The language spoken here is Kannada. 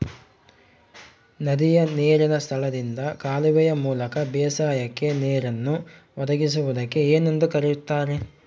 ನದಿಯ ನೇರಿನ ಸ್ಥಳದಿಂದ ಕಾಲುವೆಯ ಮೂಲಕ ಬೇಸಾಯಕ್ಕೆ ನೇರನ್ನು ಒದಗಿಸುವುದಕ್ಕೆ ಏನೆಂದು ಕರೆಯುತ್ತಾರೆ?